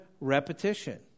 repetition